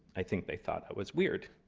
i think they thought i was weird.